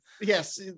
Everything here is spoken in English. Yes